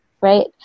right